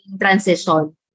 transition